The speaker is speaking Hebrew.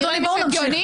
זה נראה לך הגיוני?